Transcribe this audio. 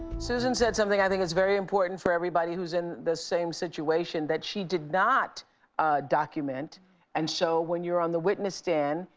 susan said something i think is very important for everybody who's in the same situation that she did not document. winfrey and so when you're on the witness stand,